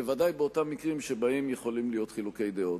בוודאי באותם מקרים שבהם יכולים להיות חילוקי דעות.